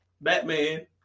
Batman